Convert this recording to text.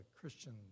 Christian